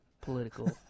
political